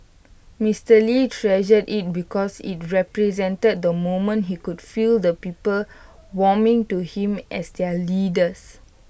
Mister lee treasured IT because IT represented the moment he could feel the people warming to him as their leaders